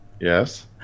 Yes